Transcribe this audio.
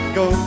go